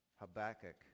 Habakkuk